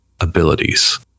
abilities